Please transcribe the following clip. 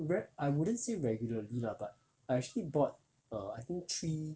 re~ I wouldn't say regularly lah but I actually bought err I think three